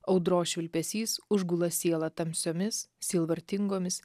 audros švilpesys užgula sielą tamsiomis sielvartingomis